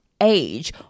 age